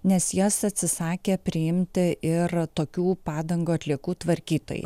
nes jos atsisakė priimti ir tokių padangų atliekų tvarkytojai